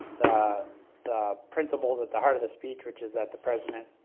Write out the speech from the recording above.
the the principals at the heart of the speech which is that the president